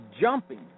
jumping